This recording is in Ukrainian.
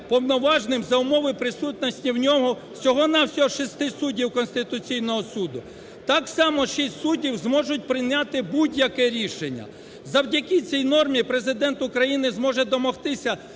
повноважним за умови присутності в ньому всього-на-всього 6 суддів Конституційного Суду, так само 6 суддів зможуть прийняти будь-яке рішення. Завдяки цій нормі Президент України зможе домогтися